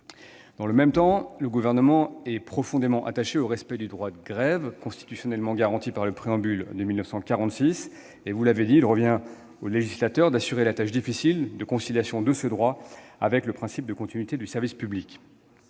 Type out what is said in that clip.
Dans le même temps, le Gouvernement est profondément attaché au respect du droit de grève, constitutionnellement garanti par le Préambule de la Constitution de 1946. Vous l'avez dit, monsieur Retailleau : il revient au législateur d'accomplir la tâche difficile de conciliation de ce droit avec le principe de continuité du service public.